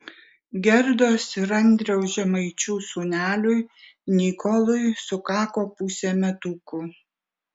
gerdos ir andriaus žemaičių sūneliui nikolui sukako pusė metukų